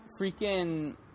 freaking